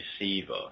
receiver